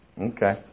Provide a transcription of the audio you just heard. Okay